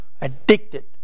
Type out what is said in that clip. addicted